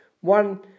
One